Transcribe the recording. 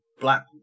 black